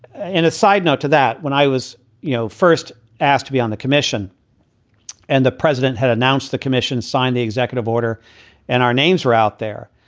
and a side note to that, when i was, you know, first asked to be on the commission and the president had announced the commission signed the executive order and our names were out there.